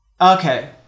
Okay